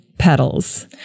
petals